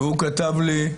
והוא כתב לי: